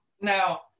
Now